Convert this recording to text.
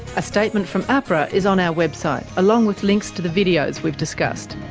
a statement from ahpra is on our website, along with links to the videos we've discussed